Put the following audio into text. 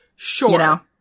Sure